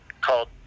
called